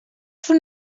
fer